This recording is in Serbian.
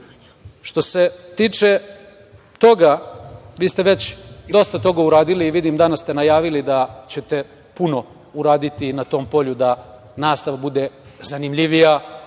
se tiče toga, vi ste već dosta toga uradili i vidim danas ste najavili da ćete puno uraditi na tom polju da nastava bude zanimljivija,